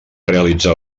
realitzar